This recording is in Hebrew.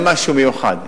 הם משהו מיוחד.